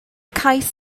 cais